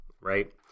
Right